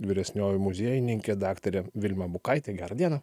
vyresnioji muziejininkė daktarė vilma bukaitė gera diena